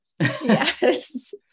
Yes